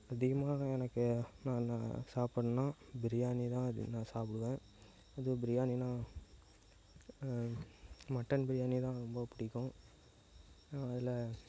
அதிகமாக எனக்கு நான் நான் சாப்புடன்னா பிரியாணி தான் அதிகம் நான் சாப்பிடுவேன் இது பிரியாணினால் மட்டன் பிரியாணி தான் ரொம்ப பிடிக்கும் அதில்